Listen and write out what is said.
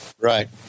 Right